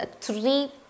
three